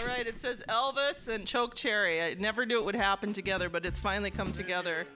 right it says elvis and chokecherry i never knew it would happen together but it's finally come together